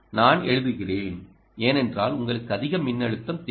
நான் எழுதுகிறேன் ஏனென்றால் உங்களுக்கு அதிக மின்னழுத்தம் தேவை